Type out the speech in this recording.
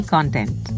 Content